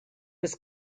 was